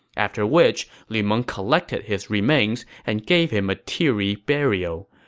after which lu meng collected his remains and gave him a teary burial.